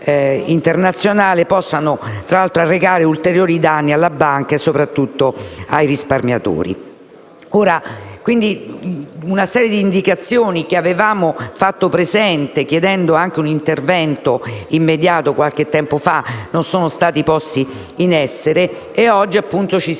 internazionale potessero arrecare ulteriori danni alla banca e soprattutto ai risparmiatori. Una serie di indicazioni che avevamo dato, chiedendo anche un intervento immediato qualche tempo fa, non sono state poste in essere e oggi ci si